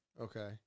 Okay